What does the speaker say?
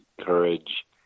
courage